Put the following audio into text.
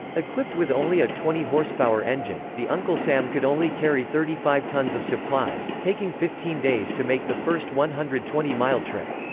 equipped with only a twenty horsepower engine, the uncle sam could only carry thirty five tons of supplies, taking fifteen days to make the first one hundred and twenty mile trip.